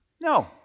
No